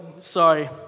Sorry